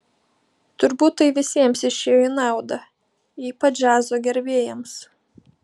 turbūt tai visiems išėjo į naudą ypač džiazo gerbėjams